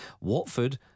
Watford